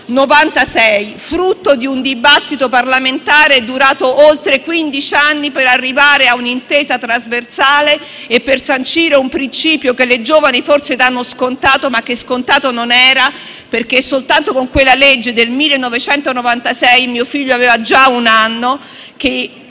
1996, frutto di un dibattito parlamentare, durato oltre quindici anni, per arrivare a un'intesa trasversale e per sancire un principio che le giovani forse danno per scontato, ma che scontato non era. Infatti, è soltanto con la legge del 1996 - mio figlio aveva già un anno - che